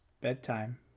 bedtime